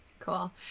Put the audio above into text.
Cool